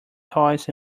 toys